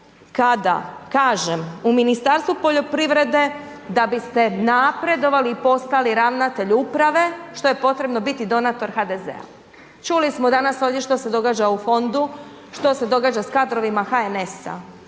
kada kažem, u Ministarstvu poljoprivrede da biste napredovali i postali ravnatelj uprave, što je potrebno biti donator HDZ-a. Čuli smo danas ovdje što se događa u fondu, što se događa s kadrovima HNS-a.